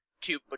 two